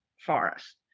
forest